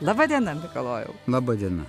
laba diena mikalojau laba diena